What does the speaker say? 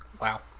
Wow